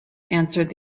answered